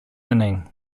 inning